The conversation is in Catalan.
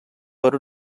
per